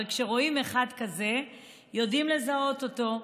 אבל כשרואים אחד כזה יודעים לזהות אותו.